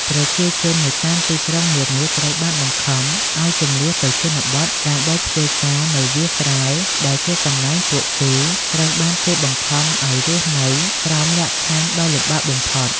ប្រជាជននៅតាមទីក្រុងនានាត្រូវបានបង្ខំឱ្យជម្លៀសទៅជនបទ ដើម្បីធ្វើការនៅវាលស្រែ ដែលជាកន្លែងពួកគេត្រូវបានគេបង្ខំឱ្យរស់នៅក្រោមលក្ខខណ្ឌដ៏លំបាកបំផុត។